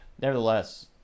Nevertheless